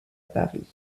paris